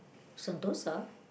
Sentosa